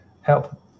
help